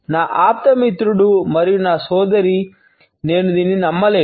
నా ఆప్త మిత్రుడు మరియు నా సోదరి నేను దీన్ని నమ్మలేను